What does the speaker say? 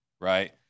right